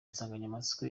insanganyamatsiko